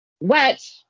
wet